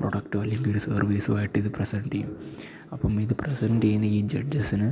പ്രൊഡക്റ്റോ അല്ലങ്കിലൊരു സർവീസുമായിട്ടിത് പ്രെസൻറ്റ് ചെയ്യും അപ്പം ഇത് പ്രെസൻറ്റ് ചെയ്യുന്ന ഈ ജെഡ്ജസിന്